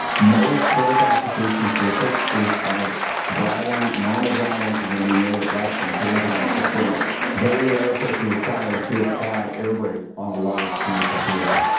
most brake applications, for the purposes of driving, normal driving, are going to be made at less than ten pounds per square. very little air pressure required to apply air brakes on a large commercial vehicles.